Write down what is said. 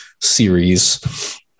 series